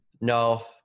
No